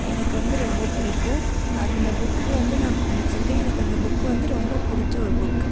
எனக்கு வந்து ரொம்ப பிடிக்கும் அந்த புக் வந்து நான் படிச்சுருக்கேன் எனக்கு அந்த புக் வந்து ரொம்ப பிடிச்ச ஒரு புக்கு